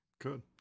Good